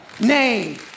name